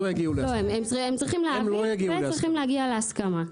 הם צריכים להגיע להסכמה.